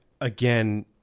again